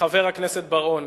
חבר הכנסת בר-און.